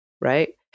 right